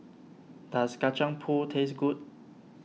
does Kacang Pool taste good